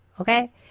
Okay